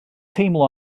teimlo